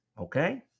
okay